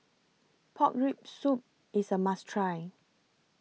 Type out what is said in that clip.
Pork Rib Soup IS A must Try